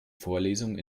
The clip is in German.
vorlesung